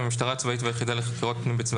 המשטרה הצבאית והיחידה לחקירות פנים בצבא